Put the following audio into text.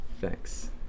Thanks